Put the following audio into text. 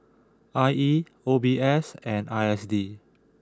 I E O B S and I S D